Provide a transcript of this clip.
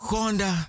Honda